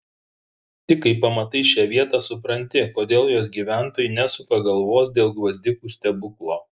tik kai pamatai šią vietą supranti kodėl jos gyventojai nesuka galvos dėl gvazdikų stebuklo